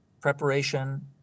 Preparation